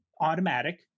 automatic